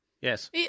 Yes